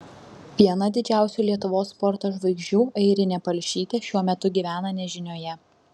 viena didžiausių lietuvos sporto žvaigždžių airinė palšytė šiuo metu gyvena nežinioje